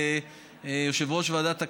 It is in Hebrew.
כדי שיושב-ראש ועדת הכנסת,